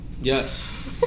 Yes